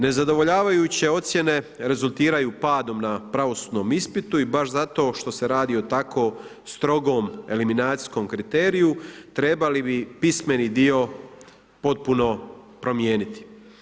Nezadovoljavajuće ocjene rezultiraju padom na pravosudnom ispitu i baš zato što se radi o tako strogom eliminacijskom kriteriju, trebali bi pismeni dio potpuno promijeniti.